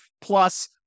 Plus